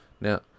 Now